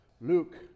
Luke